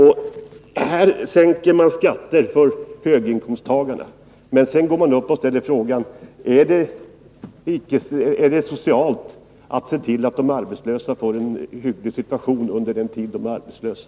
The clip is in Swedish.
Här sänker man skatter för höginkomsttagarna, och sedan går man upp och ställer frågan: Är det socialt att se till, att människor får en hygglig situation under den tid de är arbetslösa?